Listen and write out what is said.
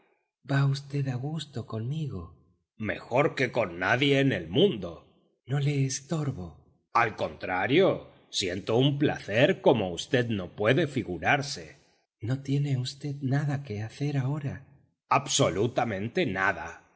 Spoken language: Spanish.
va v a gusto conmigo mejor que con nadie en el mundo no le estorbo al contrario siento un placer como usted no puede figurarse no tiene v nada que hacer ahora absolutamente nada